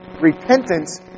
Repentance